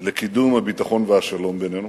לקידום הביטחון והשלום בינינו.